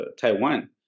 Taiwan